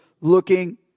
looking